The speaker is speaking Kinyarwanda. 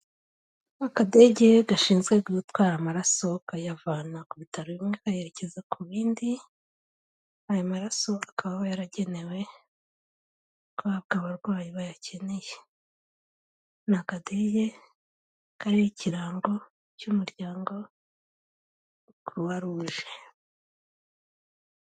Akadege gashinzwe gutwara amaraso kayavana ku bitaro bimwe kayerekeza ku bindi aya maraso akaba yaragenewe guhabwa abarwayi bayakeneye, ni akadele kari ikirango cy'umuryango kuruwa ruje.